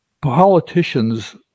politicians